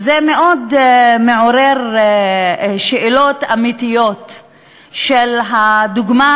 וזה מאוד מעורר שאלות אמיתיות של הדוגמה